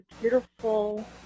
beautiful